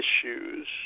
issues